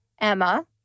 Emma